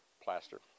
plaster